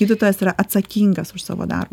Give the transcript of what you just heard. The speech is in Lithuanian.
gydytojas yra atsakingas už savo darbą